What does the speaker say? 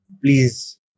please